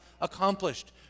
accomplished